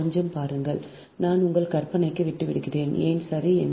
கொஞ்சம் பாருங்கள் நான் உங்கள் கற்பனைக்கு விட்டுவிடுகிறேன் ஏன் சரி என்று